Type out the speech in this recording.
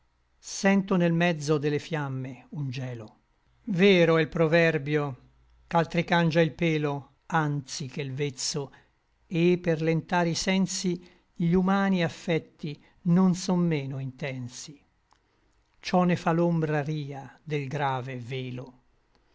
sento nel mezzo de le fiamme un gielo vero è l proverbio ch'altri cangia il pelo anzi che l vezzo et per lentar i sensi gli umani affecti non son meno intensi ciò ne fa l'ombra ria del grave velo